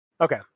okay